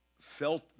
felt